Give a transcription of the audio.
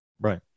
Right